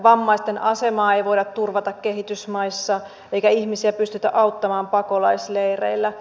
vammaisten asemaa ei voida turvata kehitysmaissa eikä ihmisiä pystytä auttamaan pakolaisleireillä